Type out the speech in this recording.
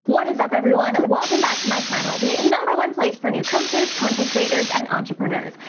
what is up everyone. welcome back to my channel, the and number one place for new coaches, content creators and entrepreneurs.